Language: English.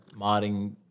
modding